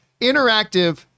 Interactive